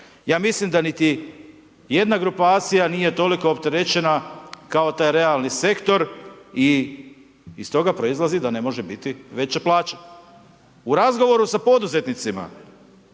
Ja mislim da niti jedna grupacija nije toliko opterećena kao taj realni sektor i stoga proizlazi da ne može biti veća plaća. U razgovoru sa poduzetnicima,